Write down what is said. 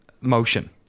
motion